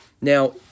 Now